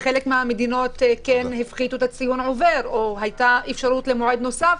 בחלק מהמדינות הפחיתו את הציון לעובר או הייתה אפשרות למועד נוסף.